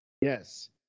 Yes